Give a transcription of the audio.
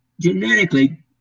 genetically